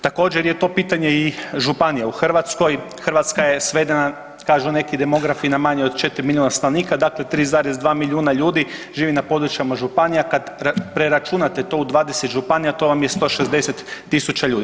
Također je to pitanje i županije u Hrvatskoj, Hrvatska je svedena, kažu neki demografi na manje od 4 milijuna stanovnika, dakle 3,2 milijuna ljudi živi na područjima županija kad preračunate to u 20 županija to vam je 160.000 ljudi.